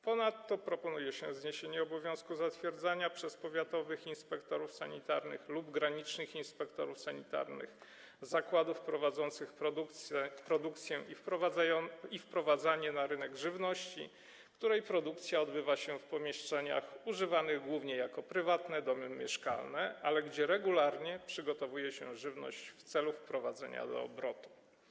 Ponadto proponuje się zniesienie obowiązku zatwierdzania przez powiatowych inspektorów sanitarnych lub granicznych inspektorów sanitarnych zakładów prowadzących produkcję i wprowadzających na rynek żywność, której produkcja odbywa się w pomieszczeniach używanych głównie jako prywatne domy mieszkalne, gdzie jednak regularnie przygotowuje się żywność w celu wprowadzenia do obrotu.